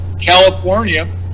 california